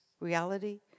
reality